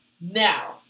Now